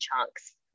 chunks